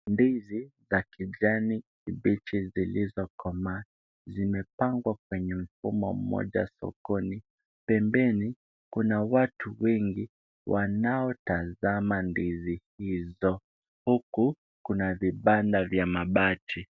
Ndizi za kijani kibichi zilizokomaa. Zimepangwa kwenye mfumo mmoja sokoni. Pembeni kuna watu wengi wanaotazama ndizi hizo. Huku kuna vibanda vya mabati.